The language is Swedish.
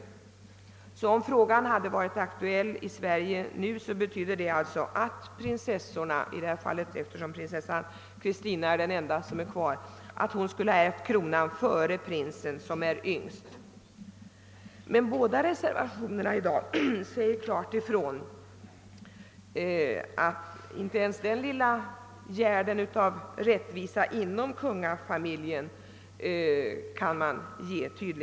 Om den saken hade varit aktuell här i landet nu, skulle det alltså ha betytt att prinses sorna — eller i detta fall prinsessan Christina, som är den enda kvarvarande — skulle ha ärvt kronan före prinsen, som är yngst. Men båda reservationerna säger klart ifrån att inte ens denna lilla gärd av rättvisa inom kungafamiljen kan man vara med om.